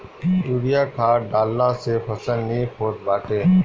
urea खाद डालला से फसल निक होत बाटे